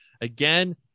again